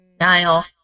Niall